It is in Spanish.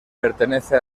pertenece